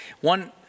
one